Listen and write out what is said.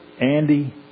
Andy